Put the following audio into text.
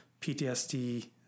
ptsd